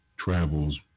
travels